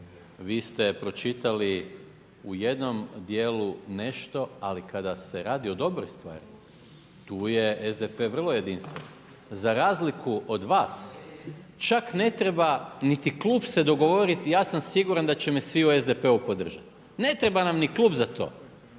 Vi ste pročitali u jednom dijelu nešto ali kada se radi o dobroj stvari tu je SDP vrlo jedinstven za razliku od vas čak ne treba niti klub se dogovoriti, ja sam siguran da će me svi u SDP-u podržati, ne treba nam ni klub za to.